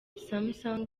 samsung